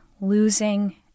losing